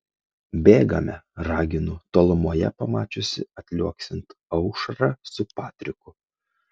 bėgame raginu tolumoje pamačiusi atliuoksint aušrą su patriku